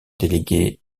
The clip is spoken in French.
délégué